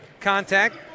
contact